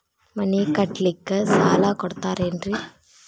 ಮನಿ ಕಟ್ಲಿಕ್ಕ ಸಾಲ ಕೊಡ್ತಾರೇನ್ರಿ?